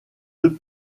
deux